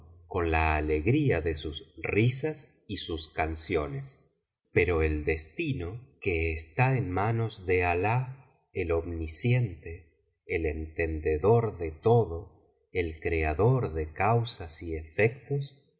con la alegría de sus risas y sus canciones ppro el destino que está en manos de alali el omnisciente el entendedor de todo el creador de causas y efectos